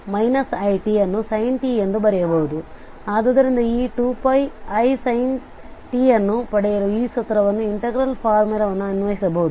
ಆದ್ದರಿಂದ ಈ 2πisin t ಅನ್ನು ಪಡೆಯಲು ಈ ಸೂತ್ರವನ್ನು ಇನ್ಟೆಗ್ರಲ್ ಫಾರ್ಮುಲಾ ವನ್ನು ಅನ್ವಯಿಸಬಹುದು